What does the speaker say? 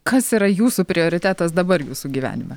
kas yra jūsų prioritetas dabar jūsų gyvenime